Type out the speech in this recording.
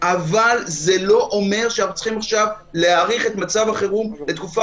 אבל זה לא אומר שאנחנו צריכים להאריך את מצב החירום לתקופה